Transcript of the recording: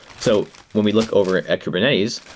so when we look over at at kubernetes,